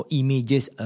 images